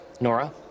Nora